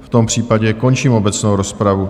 V tom případě končím obecnou rozpravu.